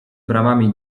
bramami